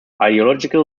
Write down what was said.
ideological